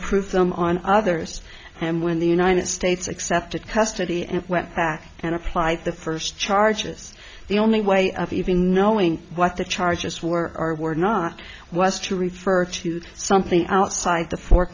approved them on others and when the united states accepted custody and went back and applied the first charges the only way of even knowing what the charges were or were not was to refer to something outside the four